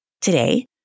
today